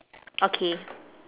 okay